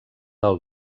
del